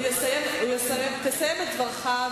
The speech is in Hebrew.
תסיים את דבריך,